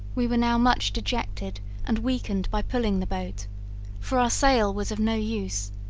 we were now much dejected and weakened by pulling the boat for our sail was of no use,